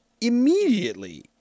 immediately